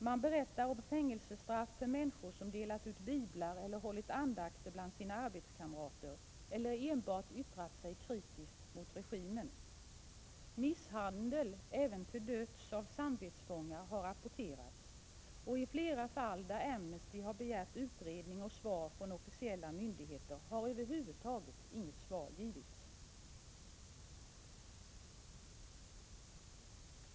Man berättar om fängelsestraff för människor som delat ut biblar eller hållit andakter bland sina arbetskamrater eller enbart yttrat sig kritiskt mot regimen. Misshandel, även till döds, av samvetsfångar har rapporterats. I flera fall där Amnesty begärt utredning och svar från officiella myndigheter har över huvud taget inget svar givits.